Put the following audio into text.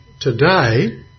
today